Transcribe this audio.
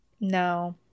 No